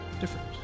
different